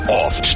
off